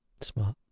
Smart